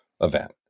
event